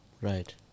Right